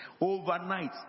overnight